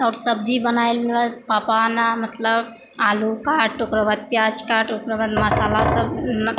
आओर सब्जी बनाइ पापा ने मतलब आलू काट ओकरा बाद पियाज काट ओकर बाद मसाला सब